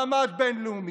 מעמד בין-לאומי,